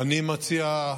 אני מציע,